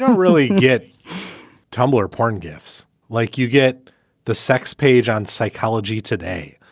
really get tumblr porn gifs like you get the sex page on psychology today,